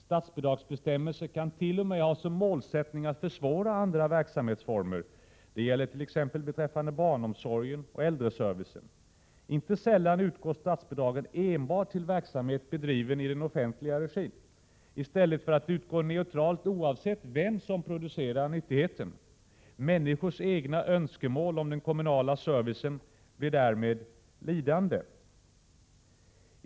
Statsbidragsbestämmelser kan t.o.m. ha som målsättning att försvåra andra verksamhetsformer. Det gäller t.ex. beträffande barnomsorgen och äldreservicen. Inte sällan utgår statsbidrag enbart till verksamhet bedriven i offentlig regi, i stället för att utgå neutralt oavsett vem som producerar nyttigheten. 19 Människors egna önskemål om den kommunala servicen blir därmed lidande.